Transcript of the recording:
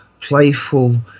playful